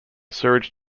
sewage